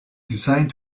designed